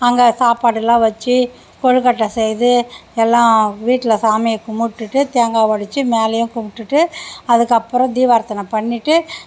அங்கே சாப்பாடுலாம் வச்சு கொழுக்கட்டை செய்து எல்லாம் வீட்டில் சாமியை கும்பிட்டுட்டு தேங்காய் உடச்சி மேலேயும் கும்பிட்டுட்டு அதுக்கப்புறம் தீவார்த்தனை பண்ணிவிட்டு